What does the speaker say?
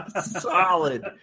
solid